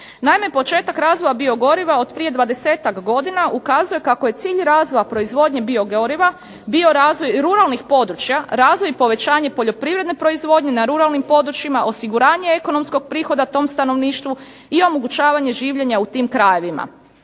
Naime, početak razvoja biogoriva od prije 20-tak godina ukazuje kako je cilj razvoja proizvodnje biogoriva bio razvoja ruralnih područja, razvoj i povećanje poljoprivredne proizvodnje na ruralnim područjima, osiguranje ekonomskog prihoda tom stanovništvu i omogućavanje življenja u tim krajevima.